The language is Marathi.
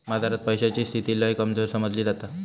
बाजारात पैशाची स्थिती लय कमजोर समजली जाता